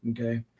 okay